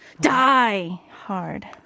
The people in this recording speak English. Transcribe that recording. die-hard